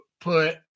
put